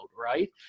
right